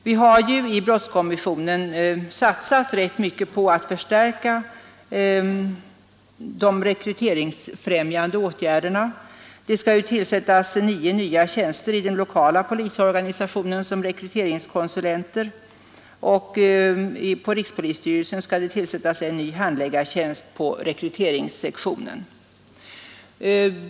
Vi har ju i brottskommissionen satsat rätt mycket på att förstärka de rekryteringsfrämjande åtgärderna. Det skall tillsättas nio nya tjänster i den lokala polisorganisationen som rekryteringskonsulenter, och på rikspolisstyrelsen skall det tillsättas en ny handläggartjänst på rekryteringsexpeditionen.